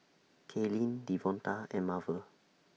Kaylyn Devonta and Marvel